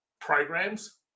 programs